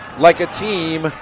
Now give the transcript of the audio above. like a team